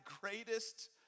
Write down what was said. greatest